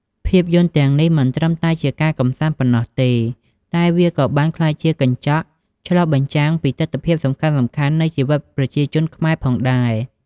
ភាពយន្តទាំងនេះមិនត្រឹមតែជាការកម្សាន្តប៉ុណ្ណោះទេ តែវាក៏បានក្លាយជាកញ្ចក់ឆ្លុះបញ្ចាំងពីទិដ្ឋភាពសំខាន់ៗនៃជីវិតប្រជាជនខ្មែរផងដែរ។